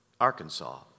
Arkansas